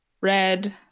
red